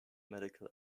medical